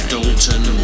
Dalton